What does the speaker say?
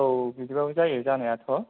औ बिदिबाबो जायो जानायाथ'